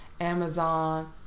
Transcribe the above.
Amazon